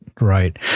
right